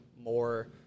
more